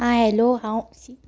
आं हॅलो हांव